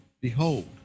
Behold